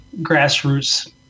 grassroots